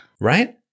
Right